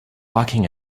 walking